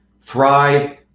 thrive